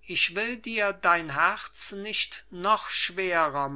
ich will dir dein herz nicht noch schwerer